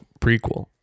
prequel